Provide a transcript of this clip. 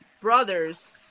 brothers